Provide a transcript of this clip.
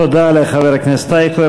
תודה לחבר הכנסת אייכלר.